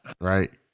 Right